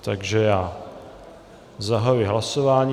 Takže já zahajuji hlasování.